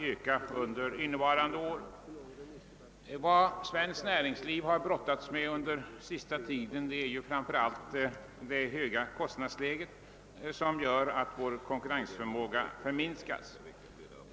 Den främsta svårighet som det svenska näringslivet haft att brottas med på senare tid är det höga kostnadsläget, som gör att vår konkurrensförmåga försvagas.